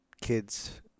kids